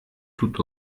tout